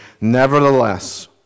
nevertheless